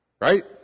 right